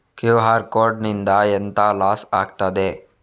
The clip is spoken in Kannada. ಕ್ಯೂ.ಆರ್ ಕೋಡ್ ನಿಂದ ಎಂತ ಲಾಸ್ ಆಗ್ತದೆ?